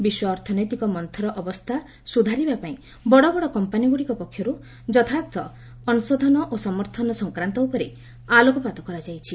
ବିଶ୍ୱ ଅର୍ଥ୍ୟକ ମନ୍ଚରତା ସୁଧାରିବା ପାଇଁ ବଡ଼ ବଡ଼ କମ୍ପାନୀଗୁଡ଼ିକ ପକ୍ଷରୁ ଯଥାର୍ଥ ଅଂଶଧନ ଓ ସମର୍ଥନ ପ୍ରସଙ୍ଗ ଉପରେ ଆଲୋକପାତ କରାଯାଉଛି